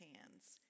hands